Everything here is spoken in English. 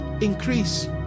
Increase